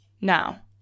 Now